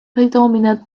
predominant